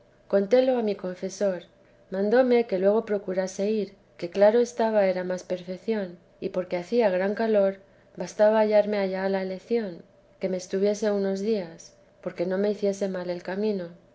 contélo a mi confesor mandóme que luego procurase ir que claro estaba era más perfeción y que porque hacía gran calor bastaba hallarme allá a su elección que me estuviese unos días porque no me hiciese mal el camino